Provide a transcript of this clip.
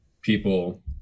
people